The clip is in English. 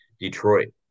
Detroit